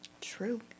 True